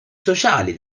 sociali